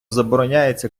забороняється